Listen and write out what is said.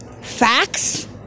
facts